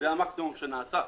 זה המקסימום שנעשה.